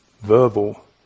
verbal